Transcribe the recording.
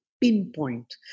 pinpoint